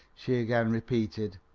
she again repeated.